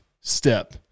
step